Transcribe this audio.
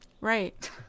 Right